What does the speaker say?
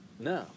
No